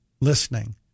listening